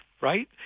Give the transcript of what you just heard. right